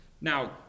Now